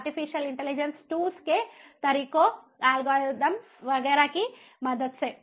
artificial intelligence tools के तरीकों algorithm वगैरह की मदद से